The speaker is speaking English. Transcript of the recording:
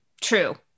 True